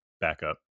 backup